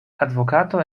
advokato